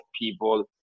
people